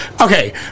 Okay